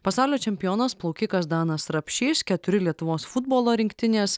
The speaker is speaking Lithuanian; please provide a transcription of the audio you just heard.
pasaulio čempionas plaukikas danas rapšys keturi lietuvos futbolo rinktinės